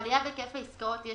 עלייה בהיקף העסקאות.